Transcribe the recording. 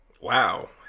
Wow